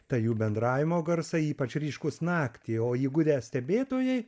tai jų bendravimo garsai ypač ryškūs naktį o įgudę stebėtojai